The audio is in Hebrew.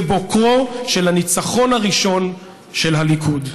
בבוקרו של הניצחון הראשון של הליכוד.